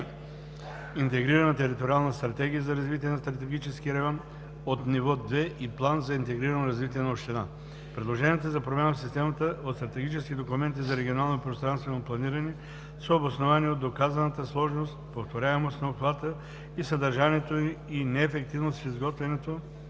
Интегрирана териториална стратегия за развитие на статистически район от Ниво 2 и План за интегрирано развитие на община. Предложенията за промяна в системата от стратегически документи за регионално и пространствено планиране са обосновани от доказаната сложност, повторяемост на обхвата и съдържанието и неефективност в изготвянето